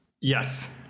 yes